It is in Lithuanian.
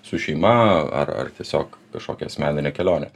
su šeima ar ar tiesiog kažkokia asmeninė kelionė